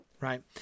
right